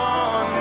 on